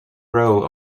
role